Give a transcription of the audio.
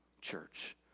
Church